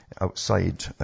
outside